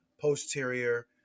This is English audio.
posterior